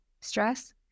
stress